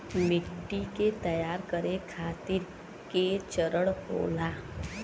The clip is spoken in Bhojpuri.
मिट्टी के तैयार करें खातिर के चरण होला?